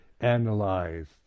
analyzed